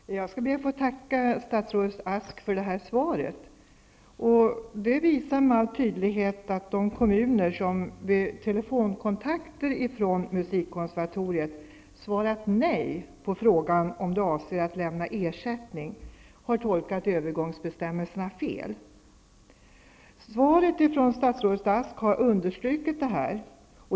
Fru talman! Jag ber att få tacka statsrådet Ask för svaret. Det visar med all önskvärd tydlighet att de kommuner som vid telefonkontakter med musikkonservatoriet svarat nej på frågan om de avser att lämna ersättning har tolkat övergångsbestämmelserna fel. Svaret från statsrådet Ask har understrukit detta.